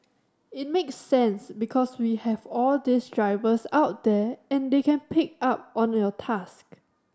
it makes sense because we have all these drivers out there and they can pick up on your task